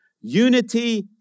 Unity